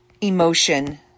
emotion